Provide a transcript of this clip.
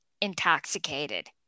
intoxicated